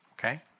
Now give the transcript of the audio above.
Okay